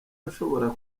nshobora